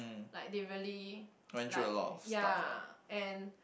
like they really like ya and